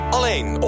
Alleen